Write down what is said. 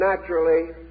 naturally